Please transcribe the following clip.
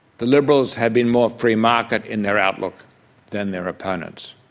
the liberals have been more free market in their outlook than their opponents.